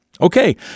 Okay